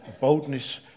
boldness